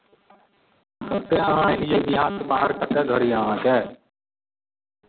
आओर कहाँसँ एलियै बिहारसँ बाहर कतय घर यए अहाँके